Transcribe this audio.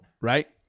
right